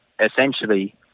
Essentially